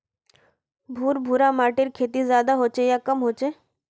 भुर भुरा माटिर खेती ज्यादा होचे या कम होचए?